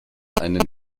einen